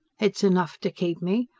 it's enough to keep me.